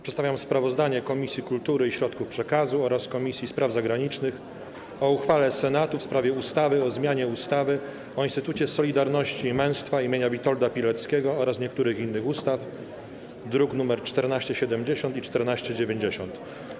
Przedstawiam sprawozdanie Komisji Kultury i Środków Przekazu oraz Komisji Spraw Zagranicznych o uchwale Senatu w sprawie ustawy o zmianie ustawy o Instytucie Solidarności i Męstwa imienia Witolda Pileckiego oraz niektórych innych ustaw, druki nr 1470 i 1490.